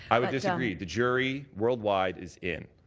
i would disagree. the jury worldwide is in.